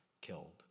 killed